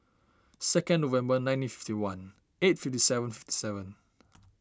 second November nineteen fifty one eight fifty seven fifty seven